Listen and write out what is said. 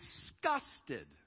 disgusted